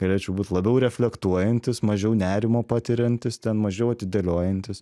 galėčiau būt labiau reflektuojantis mažiau nerimo patiriantis ten mažiau atidėliojantis